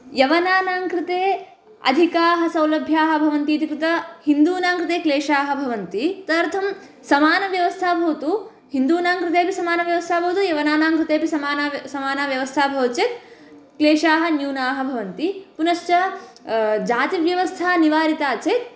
यवनानां कृते अधिकाः सौलभ्याः भवन्ति इति कृत्वा हिन्दूनां कृते क्लेशाः भवन्ति तदर्थं समानव्यवस्था भवतु हिन्दूनां कृतेपि समानव्यवस्था भवतु यवनानां कृतेपि समाना समाना व्यवस्था भवति चेत् क्लेशाः न्यूनाः भवन्ति पुनश्च जातिव्यवस्था निवारिता चेत्